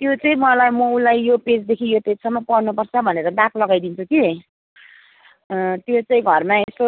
त्यो चाहिँ मलाई म उसलाई यो पेजदेखि यो पेजसम्म पढ्नुपर्छ भनेर दाग लगाइदिन्छु कि त्यो चाहिँ घरमा यसो